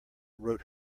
wrote